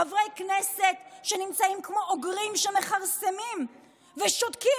חברי כנסת שנמצאים כמו אוגרים שמכרסמים ושותקים,